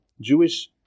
Jewish